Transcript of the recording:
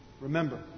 Remember